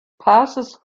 passes